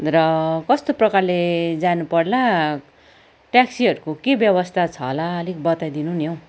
र कस्तो प्रकारले जानु पर्ला ट्याक्सीहरूको के व्यवस्था छ होला अलिक बताइदिनु नि हौ